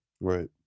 Right